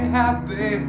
happy